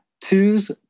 twos